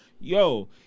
yo